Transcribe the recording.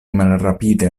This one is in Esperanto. malrapide